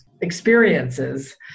experiences